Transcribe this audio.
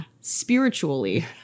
Spiritually